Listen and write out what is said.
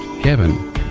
Kevin